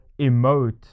emote